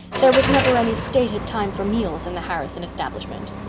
there was never any stated time for meals in the harrison establishment.